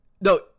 No